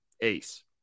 Ace